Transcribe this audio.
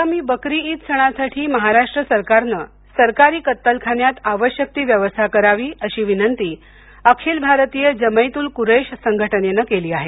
आगामी बकरी ईद सणासाठी महाराष्ट्र सरकारने सरकारी कत्तलखान्यात आवश्यक ती व्यवस्था करावी अशी विनंती अखिल भारतीय जमैतुल कुरेश संघटनेनं केली आहे